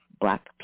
Black